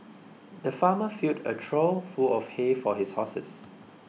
the farmer filled a trough full of hay for his horses